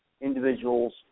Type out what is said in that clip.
individuals